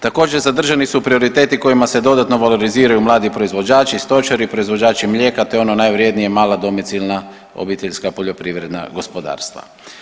Također zadržani su prioriteti kojima se dodatno valoriziraju mladi proizvođači, stočari, proizvođači mlijeka te ono najvrjednije mala domicilna obiteljska poljoprivredna gospodarstva.